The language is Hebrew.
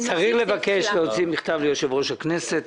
צריך להוציא מכתב ליושב-ראש הכנסת